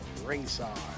ringside